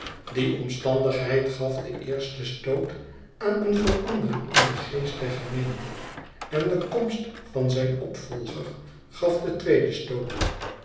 die omstandigheid gaf den eersten stoot aan een verandering in den geest der gemeente en de komst van zijn opvolger gaf den tweeden stoot